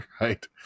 right